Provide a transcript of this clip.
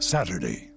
Saturday